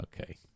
Okay